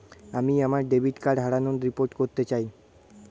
আমি আমার debit card হারানোর রিপোর্ট করতে চাই